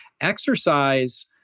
Exercise